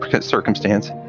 circumstance